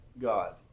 God